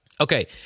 Okay